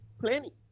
plenty